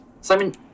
Simon